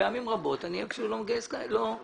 פעמים רבות אני אפילו לא מגייס רוב.